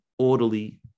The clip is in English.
orderly